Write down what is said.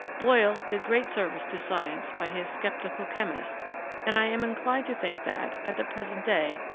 boyle did great service to science by his sceptical chemist and i am inclined to think that, at the present day,